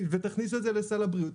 ותכניס את זה לסל הבריאות.